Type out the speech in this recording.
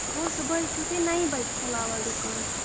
گوٚو صُبحٲے چھُو تُہۍ نَیہِ بَجہِ کھُلاوان دُکان